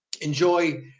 enjoy